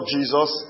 Jesus